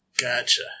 gotcha